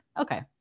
okay